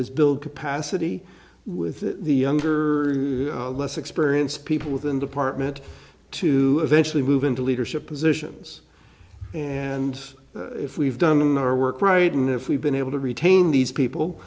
is build capacity with the younger less experienced people within department to eventually move into leadership positions and if we've done our work writing if we've been able to retain these people